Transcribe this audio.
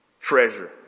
treasure